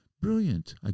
Brilliant